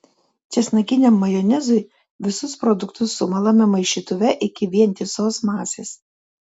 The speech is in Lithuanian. česnakiniam majonezui visus produktus sumalame maišytuve iki vientisos masės